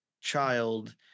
child